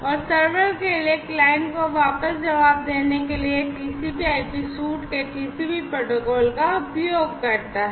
और सर्वर के लिए क्लाइंट को वापस जवाब देने के लिए यह टीसीपी आईपी सूट के टीसीपी प्रोटोकॉल का उपयोग करता है